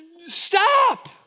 stop